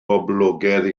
boblogaidd